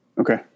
Okay